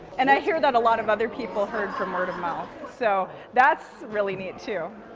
and i hear that a lot of other people heard from word of mouth. so that's really neat too.